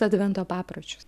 advento papročius